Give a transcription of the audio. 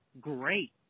Great